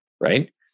right